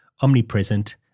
omnipresent